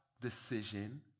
decision